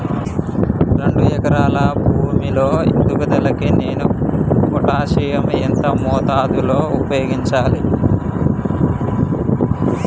రెండు ఎకరాల భూమి లో ఎదుగుదలకి నేను పొటాషియం ఎంత మోతాదు లో ఉపయోగించాలి?